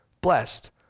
blessed